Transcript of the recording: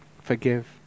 forgive